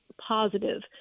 positive